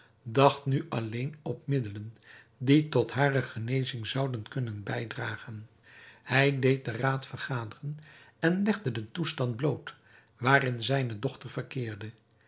dacht nu alleen op middelen die tot hare genezing zouden kunnen bijdragen hij deed den raad vergaderen en legde den toestand bloot waarin zijne dochter verkeerde